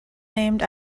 named